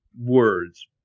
words